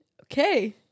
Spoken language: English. Okay